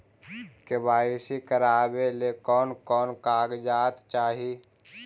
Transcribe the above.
KYC करावे ले कोन कोन कागजात चाही?